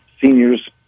senior's